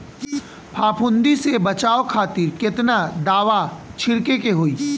फाफूंदी से बचाव खातिर केतना दावा छीड़के के होई?